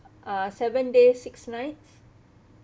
uh seven days six nights